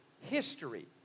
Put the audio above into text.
history